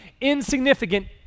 insignificant